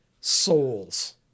souls